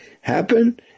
happen